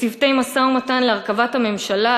בצוותי משא-ומתן להרכבת הממשלה,